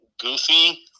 Goofy